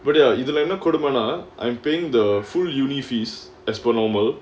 இதுல என்னா கொடுமனா:ithulae enna kodumanaa I'm paying the full university fees as per normal